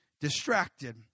Distracted